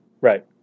Right